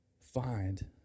find